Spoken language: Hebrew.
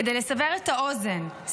כדי לסבר את האוזן,